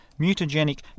Mutagenic